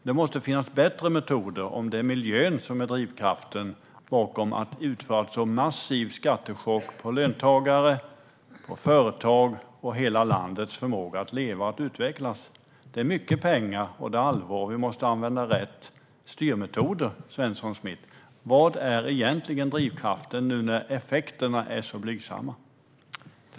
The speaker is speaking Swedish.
Det måste finnas bättre metoder om det är miljön som är drivkraften bakom denna massiva skattechock, som slår mot löntagare, företag och hela landets förmåga att leva och utvecklas. Det handlar om mycket pengar. Det är allvar. Vi måste använda rätt styrmetoder, Svensson Smith. Vad är egentligen drivkraften när effekterna är så blygsamma?